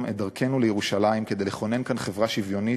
את דרכנו לירושלים כדי לכונן כאן חברה שוויונית,